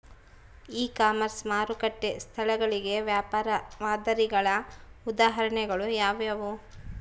E commerce ಮಾರುಕಟ್ಟೆ ಸ್ಥಳಗಳಿಗೆ ವ್ಯಾಪಾರ ಮಾದರಿಗಳ ಉದಾಹರಣೆಗಳು ಯಾವುವು?